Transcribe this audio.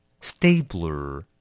Stapler